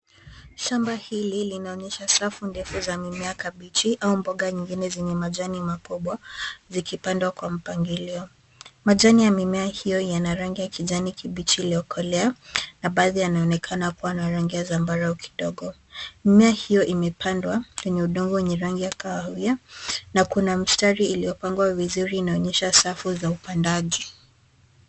Shamba hili linaonyesha safu ndefu za mimea kabichi au mboga nyingine zenye majani makubwa zikipandwa kwa mpangilio. Majani ya mimea hiyo yana rangi ya kijani kibichi iliyokolea na baadhi yanaonekana kuwa na rangi ya zambarau kidogo. Mimea hiyo imepandwa kwenye udongo wenye rangi ya kahawia na kuna mstari iliyopangwa vizuri inaonyesha safu za upandaji.